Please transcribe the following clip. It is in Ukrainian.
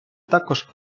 також